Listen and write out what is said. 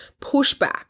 pushback